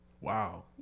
wow